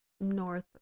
north